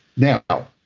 now,